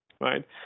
right